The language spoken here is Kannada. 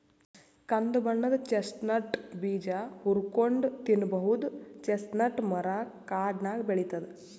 ಕಂದ್ ಬಣ್ಣದ್ ಚೆಸ್ಟ್ನಟ್ ಬೀಜ ಹುರ್ಕೊಂನ್ಡ್ ತಿನ್ನಬಹುದ್ ಚೆಸ್ಟ್ನಟ್ ಮರಾ ಕಾಡ್ನಾಗ್ ಬೆಳಿತದ್